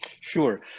Sure